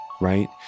right